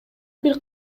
бир